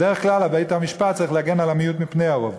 בדרך כלל בית-המשפט צריך להגן על המיעוט מפני הרוב.